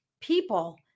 people